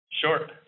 Sure